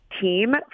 team